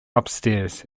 upstairs